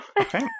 Okay